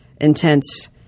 intense